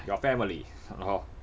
your family hor